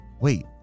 Wait